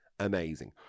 amazing